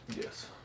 Yes